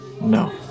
No